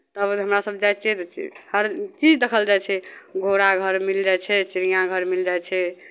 तब हमरासभ जाइ छियै हर चीज देखल जाइ छै घोड़ा घर मिल जाइ छै चिड़ियाँ घर मिल जाइ छै